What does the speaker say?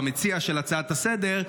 המציע של ההצעה לסדר-היום,